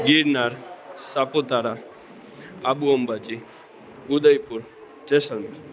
Girnar Saputara Abu Ambaji Udaipur Jaisalmer